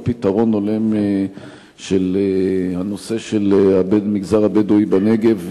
פתרון הולם של הנושא של המגזר הבדואי בנגב,